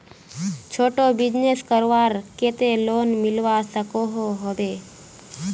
छोटो बिजनेस करवार केते लोन मिलवा सकोहो होबे?